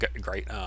great –